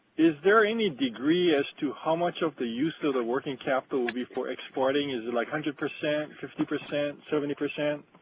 is there any degree as to how much of the use of the working capital will be for exporting? is it like one hundred percent, fifty percent, seventy percent?